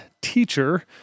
teacher